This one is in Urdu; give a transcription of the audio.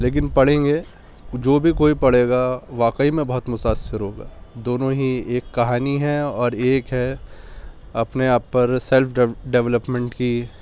لیکن پڑھیں گے جو بھی کوئی پڑھے گا واقعی میں بہت متأثر ہوگا دونوں ہی ایک کہانی ہے اور ایک ہے اپنے آپ پر سیلف ڈیولپمنٹ کی